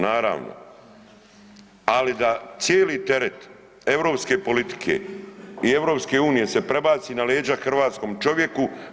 Naravno, ali da cijeli teret europske politike i EU se prebaci na leđa hrvatskom čovjeku.